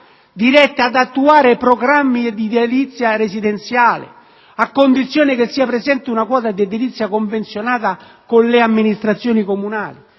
dirette ad attuare programmi di edilizia residenziale, a condizione che sia presente una quota di edilizia convenzionata con le Amministrazioni comunali.